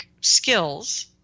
skills